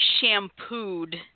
shampooed